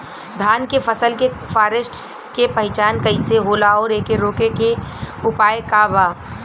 धान के फसल के फारेस्ट के पहचान कइसे होला और एके रोके के उपाय का बा?